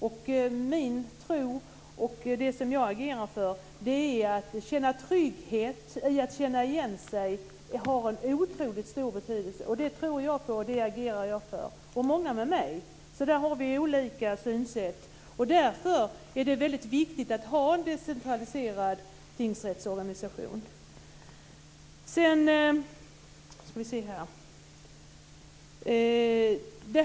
Min tro, och det som jag agerar för, är att detta att få känna trygghet, att känna igen sig har en otroligt stor betydelse. Det tror jag på och agerar för, och många med mig. Där har vi olika synsätt. Därför är det väldigt viktigt att ha en decentraliserad tingsrättsorganisation.